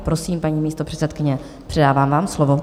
Prosím, paní místopředsedkyně, předávám vám slovo.